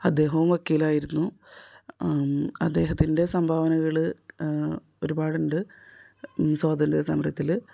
അദ്ദേഹവും വക്കീലായിരുന്നു അദ്ദേഹത്തിൻ്റെ സംഭാവനകൾ ഒരുപാടുണ്ട് സ്വാതന്ത്ര്യ സമരത്തിൽ